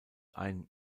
ein